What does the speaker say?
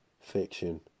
fiction